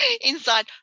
inside